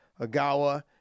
Agawa